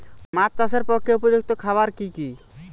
মাছ চাষের পক্ষে উপযুক্ত খাবার কি কি?